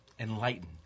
Enlighten